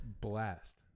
blast